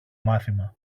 μάθημα